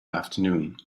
afternoon